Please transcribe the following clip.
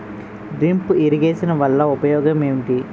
drip irrigation వలన ఉపయోగం ఏంటి